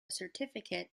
certificate